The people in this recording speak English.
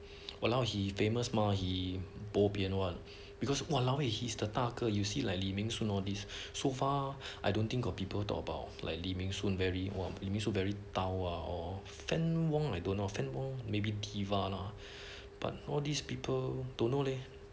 !walao! he famous ma he bo pian what because !walao! eh he's the 大哥 you see like li ming shun all this so far I don't think got people talk about like li ming shun very !wah! so very dao ah or fann wong I don't know fann wong maybe diva lah but all these people don't know leh